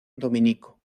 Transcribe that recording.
dominico